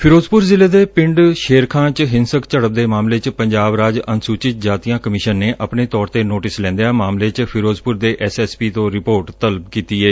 ਫਿਰੋਜਪੁਰ ਜ਼ਿਲ੍ਹੇ ਦੇ ਪਿੰਡ ਸ਼ੇਰਖਾਂ ਚ ਹਿੰਸਕ ਝੜਪ ਦੇ ਮਾਮਲੇ ਚ ਪੰਜਾਬ ਰਾਜ ਅਨੁਸੂਚਿਤ ਜਾਤੀਆਂ ਕਮਿਸ਼ਨ ਨੇ ਆਪਣੇ ਤੌਰ ਤੇ ਨੋਟਿਸ ਲੈਂਦਿਆਂ ਮਾਮਲੇ ਚ ਫਿਰੋਜ਼ਪੁਰ ਐਸ ਐਸ ਪੀ ਤੋਂ ਰਿਪੋਰਟ ਤਲਬ ਕੀਤੀ ਏ